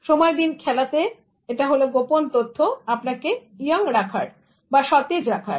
সময় দিন খেলাতে এটা হল গোপন তথ্য আপনাকে ইয়ং রাখার